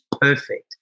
perfect